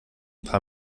paar